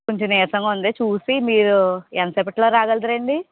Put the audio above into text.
కొంచం నీరసంగా ఉంది చూసి మీరు ఎంత సేపట్లో రాగలుగుతారండి